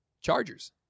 Chargers